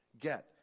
get